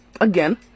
Again